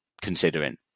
considering